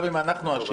גם אם אנחנו אשמים,